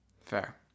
Fair